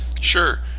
Sure